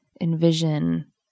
envision